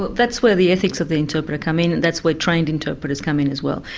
but that's where the ethics of the interpreter come in, that's where trained interpreters come in as well.